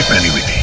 anyone,